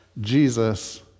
Jesus